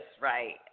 right